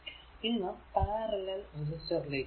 ഇനി നാം parallel resistor ലേക്ക് വരുന്നു